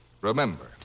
Remember